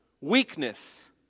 weakness